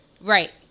Right